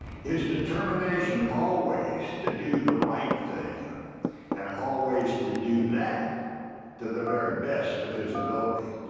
his determination always to do the right thing and always to do that to the very best of his ability.